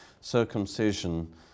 circumcision